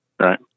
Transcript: right